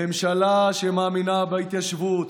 ממשלה שמאמינה בהתיישבות,